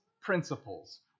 principles